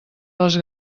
les